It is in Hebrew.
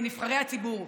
אל נבחרי הציבור.